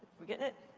we getting it?